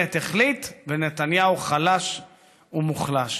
בנט החליט ונתניהו חלש ומוחלש.